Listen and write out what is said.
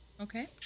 Okay